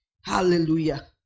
Hallelujah